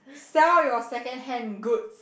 sell your secondhand goods